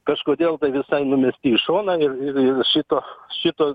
kažkodėl visai numesti į šoną ir ir ir šito šito